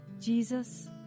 Jesus